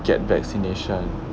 get vaccination